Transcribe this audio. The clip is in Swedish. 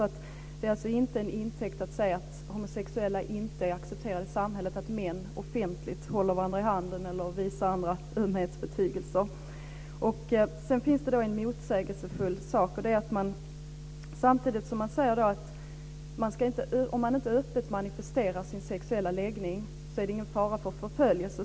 Att män offentligt håller varandra i handen eller visar andra ömhetsbetygelser kan alltså inte tas till intäkt för att säga att homosexuella är accepterade. Det finns en motsägelsefull sak, och det är att om personer inte öppet manifesterar sin homosexuella läggning är det ingen fara för förföljelse.